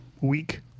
week